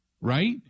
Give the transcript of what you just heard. right